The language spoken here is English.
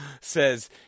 says